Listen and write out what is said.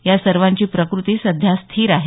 या सर्वांची प्रकृती सध्या स्थिर आहे